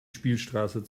spielstraße